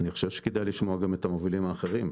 אני חושב שכדאי לשמוע גם את המובילים האחרים.